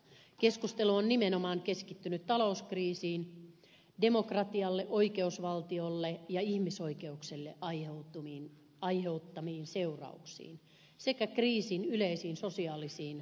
keskustelu on nimenomaan keskittynyt talouskriisin demokratialle oikeusvaltiolle ja ihmisoikeuksille aiheuttamiin seurauksiin sekä kriisin yleisiin sosiaalisiin vaikutuksiin yhteiskunnassa